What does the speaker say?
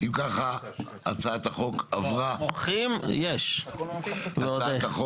הצבעה בעד, 5 נגד, 3 נמנעים, 0 אושר.